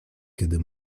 kiedy